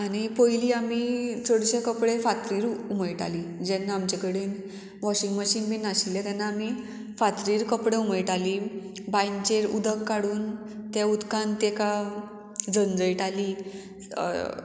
आनी पयलीं आमी चडशे कपडे फातरीर उमळटाली जेन्ना आमचे कडेन वॉशींग मशीन बीन नाशिल्ले तेन्ना आमी फातरीर कपडे उमयताली बांयचेर उदक काडून ते उदकान तेका झनझयटाली